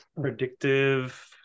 predictive